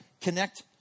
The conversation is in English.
connect